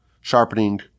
sharpening